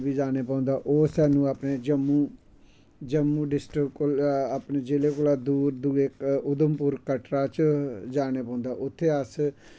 माता बैष्णो देवी जानै पौंदा ओह् स्हानू अपने जम्मू जम्मू जिले कोला दूर दुऐ ऊधमपुर कटरा च जाना पौंदा उत्थे अस